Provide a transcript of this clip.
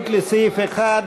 ציפי לבני,